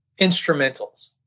instrumentals